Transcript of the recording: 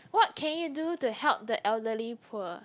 what can you do to help the elderly poor